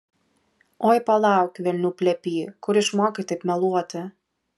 oi palauk velnių plepy kur išmokai taip meluoti